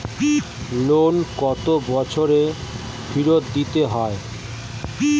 Loan কত বছরে ফেরত দিতে হয়?